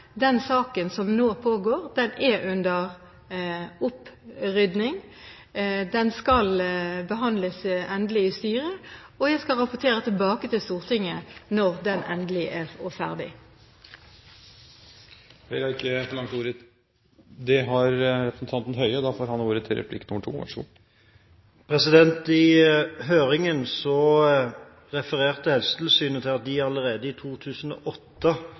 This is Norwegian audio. Den saken som nå pågår, er under opprydding. Den skal behandles endelig i styret, og jeg skal rapportere tilbake til Stortinget når den er ferdig. Representanten Bent Høie får ordet til replikk nr. 2. I høringen refererte Helsetilsynet til at de allerede i 2008,